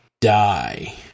die